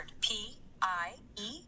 P-I-E